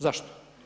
Zašto?